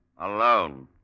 alone